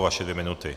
Vaše dvě minuty.